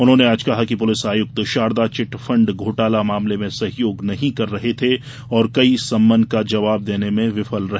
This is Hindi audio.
उन्होंने आज कहा कि पुलिस आयुक्त शारदा चिटफंड घोटाला मामले में सहयोग नहीं कर रहे थे और कई सम्मन का जवाब देने में विफल रहे